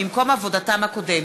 ממקום עבודתם הקודם.